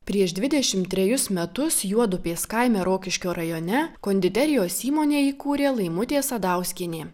prieš dvidešimt trejus metus juodupės kaime rokiškio rajone konditerijos įmonę įkūrė laimutė sadauskienė